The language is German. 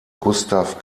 gustav